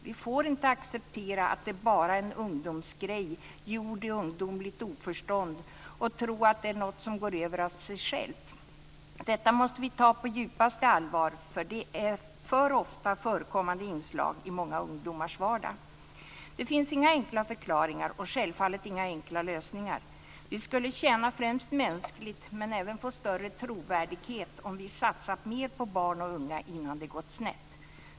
Vi får inte acceptera att det bara är en undomsgrej gjord i ungdomligt oförstånd och tro att det är något som går över av sig självt. Detta måste vi ta på djupaste allvar därför att det för ofta är förekommande inslag i många ungdomars vardag. Det finns inga enkla förklaringar och självfallet inga enkla lösningar. Vi skulle tjäna främst mänskligt men även få större trovärdighet om vi satsat mer på barn och unga innan det gått snett.